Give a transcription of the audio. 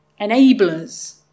enablers